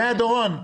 אתה שומע, דורון?